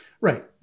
right